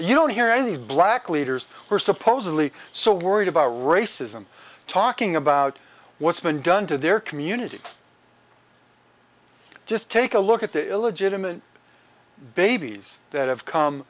you don't hear any black leaders were supposedly so worried about racism talking about what's been done to their community just take a look at the illegitimate babies that have